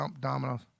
dominoes